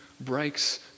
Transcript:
breaks